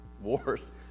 wars